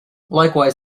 likewise